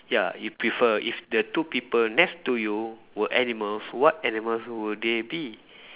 ya if prefer if the two people next to you were animals what animals will they be